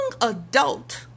adult